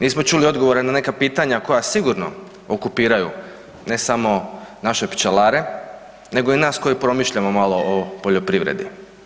Nismo čuli odgovore na neka pitanja koja sigurno okupiraju, ne samo naše pčelare nego i nas koji promišljamo malo o poljoprivredi.